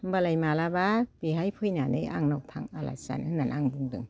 होनबालाय मालाबा बेहाय फैनानै आंनाव थां आलासि जानो होननानै आं बुंदों